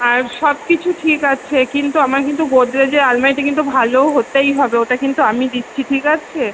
আর সব কিছু ঠিক আছে কিন্তু আমার কিন্তু গোদরেজের আলমারিটা কিন্তু ভালো হতেই হবে ওটা কিন্তু আমি দিচ্ছি ঠিক আছে